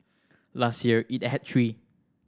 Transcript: last year it had three